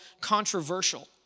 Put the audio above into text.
controversial